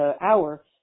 hour